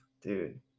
dude